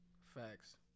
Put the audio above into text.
Facts